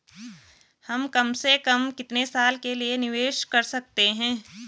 हम कम से कम कितने साल के लिए निवेश कर सकते हैं?